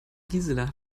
gisela